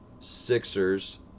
Sixers